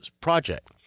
project